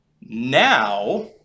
Now